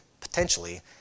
potentially